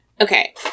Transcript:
okay